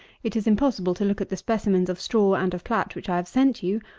it is impossible to look at the specimens of straw and of plat which i have sent you,